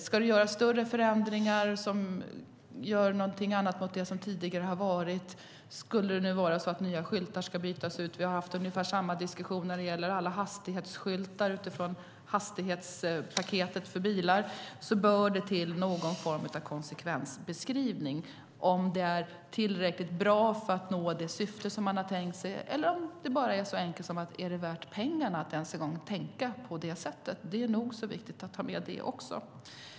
Ska det göras större förändringar jämfört med hur det tidigare har varit och skulle det nu vara så att skyltar ska bytas ut - vi har haft ungefär samma diskussion när det gäller alla hastighetsskyltar utifrån hastighetspaketet för bilar - bör det till någon form av konsekvensbeskrivning. Är det tillräckligt bra för att man ska nå det syfte som man har tänkt sig? Eller är det värt pengarna att ens en gång tänka på det sättet? Det är nog så viktigt att ta med det också.